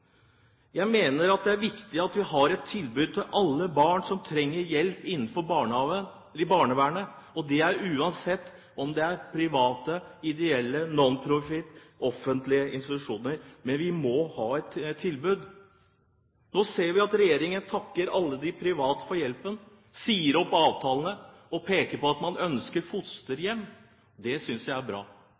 Jeg mener det er viktig at vi har et tilbud til alle barn som trenger hjelp innenfor barnehage eller barnevernet, uansett om det er private ideelle, nonprofit- eller offentlige institusjoner. Men vi må ha et tilbud. Nå ser vi at regjeringen takker alle de private for hjelpen, sier opp avtalene, og peker på at man ønsker fosterhjem. Det synes jeg er bra.